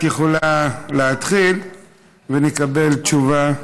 את יכולה להתחיל ונקבל תשובה.